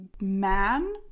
man